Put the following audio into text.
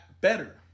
better